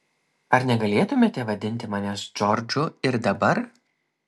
ar negalėtumėte vadinti manęs džordžu ir dabar